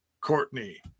Courtney